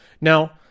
Now